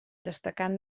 destacant